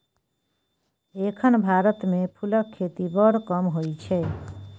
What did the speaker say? एखन भारत मे फुलक खेती बड़ कम होइ छै